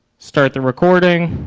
start the recording.